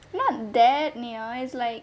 not that near it's like